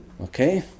Okay